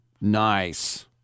Nice